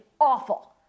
awful